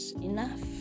enough